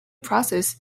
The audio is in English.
process